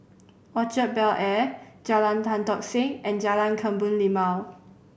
Orchard Bel Air Jalan Tan Tock Seng and Jalan Kebun Limau